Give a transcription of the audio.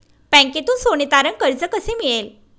बँकेतून सोने तारण कर्ज कसे मिळेल?